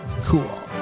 Cool